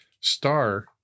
Star